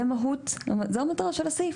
זה מהות, זה המטרה של הסעיף.